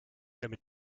damit